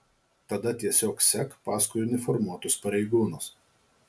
tada tiesiog sek paskui uniformuotus pareigūnus